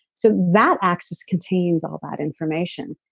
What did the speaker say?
so that axis contains all that information.